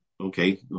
okay